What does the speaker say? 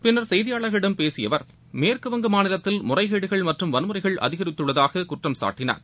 பின்னர் செய்தியாளர்களிடம் பேசிய அவர் மேற்குவங்க மாநிலத்தில் முறைகேடுகள் மற்றும் வன்முறைகள் அதிகரித்துள்ளதாக குற்றம் சாட்டினார்